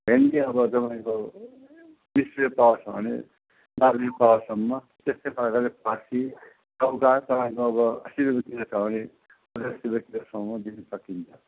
भेन्डी अब तपाईँको बिस रुपियाँ पावा छ भने बाह्र रुपियाँ पावासम्म त्यस्तै प्रकारले फर्सी लौका तपाईँको अब अस्सी रूपियाँ किलो छ भने पचास रुपियाँ किलोसम्म दिन सकिन्छ